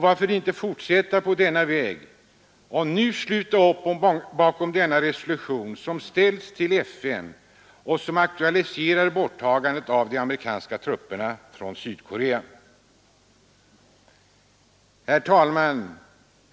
Varför inte fortsätta på denna väg och nu sluta upp bakom den resolution som framlagts för FN och som aktualiserar bortdragandet av de amerikanska trupperna från Sydkorea? Herr talman!